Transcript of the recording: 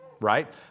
Right